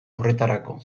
horretarako